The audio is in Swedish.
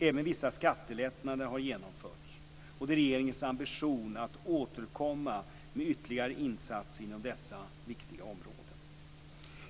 Även vissa skattelättnader har genomförts. Det är regeringens ambition att återkomma med ytterligare insatser inom dessa viktiga områden.